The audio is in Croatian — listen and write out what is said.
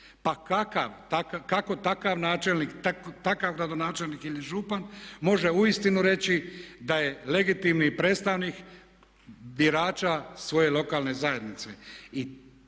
Pa kako takav načelnik, takav gradonačelnik ili župan može uistinu reći da je legitimni predstavnik birača svoje lokalne zajednice?